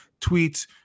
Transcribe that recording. tweets